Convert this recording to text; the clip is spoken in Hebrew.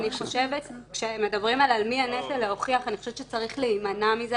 אם נגיע להסכמה, להכניס את הקטינים- -- זה